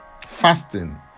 fasting